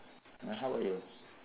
then how about you